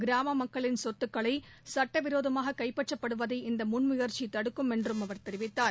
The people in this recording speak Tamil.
கிராம மக்களின் சொத்துக்களை சுட்டவிரோதமாக கைப்பற்றப்படுவதை இந்த முன் முயற்சி தடுக்கும் என்றும் அவர் தெரிவித்தார்